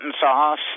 sauce